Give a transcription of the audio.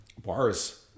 Bars